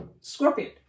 Scorpion